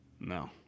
No